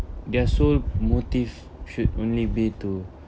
their sole motive should only be to